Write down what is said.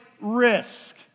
risk